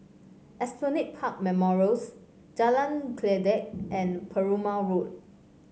Esplanade Park Memorials Jalan Kledek and Perumal Road